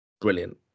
brilliant